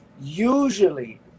usually